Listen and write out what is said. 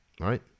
Right